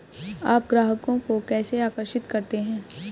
आप ग्राहकों को कैसे आकर्षित करते हैं?